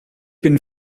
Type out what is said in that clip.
bin